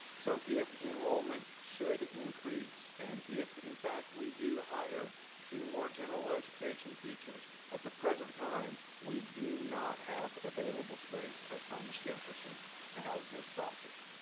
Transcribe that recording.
so if enrollment should increase and if in fact we do hire two more general education teachers, at the present time we do not have available space at thomas jefferson to help those classes.